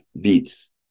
beats